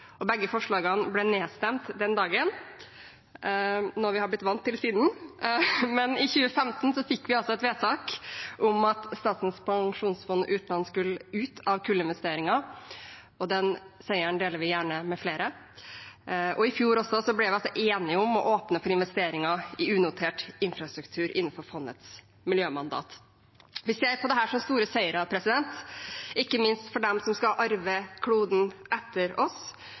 energi. Begge forslagene ble nedstemt den dagen, noe vi har blitt vant til siden. Men i 2015 fikk vi et vedtak om at Statens pensjonsfond utland skulle ut av kullinvesteringer, og den seieren deler vi gjerne med flere. Og i fjor ble vi enige om å åpne for investeringer i unotert infrastruktur innenfor fondets miljømandat. Vi ser på dette som store seire, ikke minst for dem som skal arve kloden etter oss.